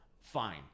Fine